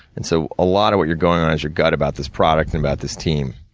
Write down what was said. and so a lot of what you're going on is your gut about this product, and about this team.